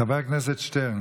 חבר הכנסת שטרן,